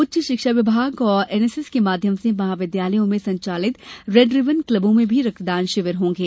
उच्च शिक्षा विभाग और एनएसएस के माध्यम से महाविद्यालयों में संचालित रेड रिबन क्लबों में भी रक्तदान शिविर होंगे